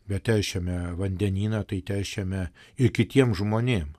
bet šiame vandenyną tai teršiame ir kitiem žmonėm